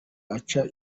aca